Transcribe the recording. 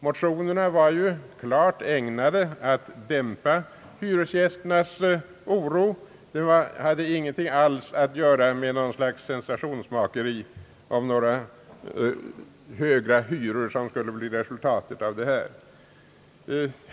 Motionerna var ju klart ägnade att dämpa hyresgästernas oro och hade ingenting alls att göra med något slags sensationsmakeri om de högre hyror som skulle bli resultatet av lagförslagen.